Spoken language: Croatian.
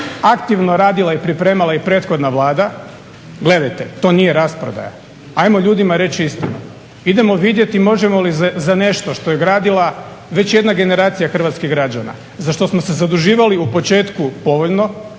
aktivno radila i pripremala i prethodna Vlada – gledajte to nije rasprodaja. Ajmo ljudima reći istinu. Idemo vidjeti možemo li za nešto što je gradila već jedna generacija hrvatskih građana za što smo se zaduživali u početku povoljno,